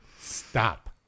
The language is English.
Stop